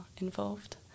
involved